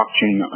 blockchain